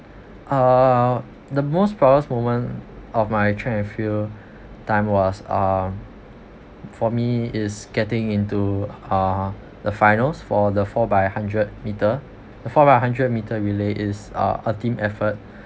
uh the most proudest moment of my track and field time was um for me is getting into uh the finals for the four by hundred meter four by hundred meter relay is uh a team effort